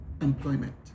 employment